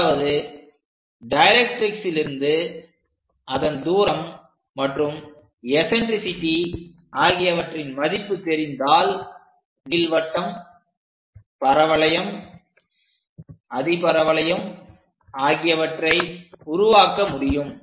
அதாவது டைரக்ட்ரிக்ஸ்லிருந்து அதன் தூரம் மற்றும் எஸன்ட்ரிசிட்டி ஆகியவற்றின் மதிப்பு தெரிந்தால் நீள்வட்டம் பரவளையம் அதிபரவளையம் ஆகியவற்றை உருவாக்க முடியும்